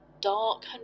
dark